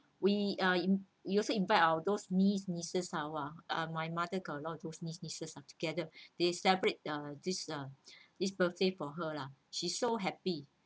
we uh we also invited ours those niece nieces ah !wah! my mother got a lot of those niece nieces ah together they celebrate uh this uh this birthday for her lah she so happy